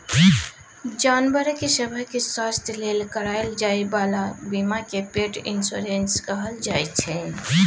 जानबर सभक स्वास्थ्य लेल कराएल जाइ बला बीमा केँ पेट इन्स्योरेन्स कहल जाइ छै